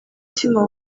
mutima